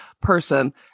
person